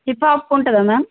hip hop ఉంటుందా ma'am